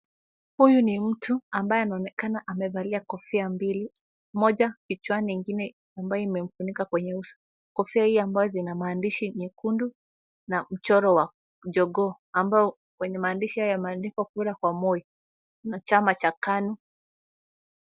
Huyu ni mtu ambaye anaonekana amevalia kofia mbili; moja kichwani na ingine imemfunika kwenye uso. Kofia hii ambayo zina maandishi nyekundu na mchoro wa jogoo ambao wenye maandishi haya yameandikwa kura kwa Moi na chama cha KANU.